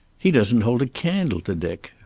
he doesn't hold a candle to dick.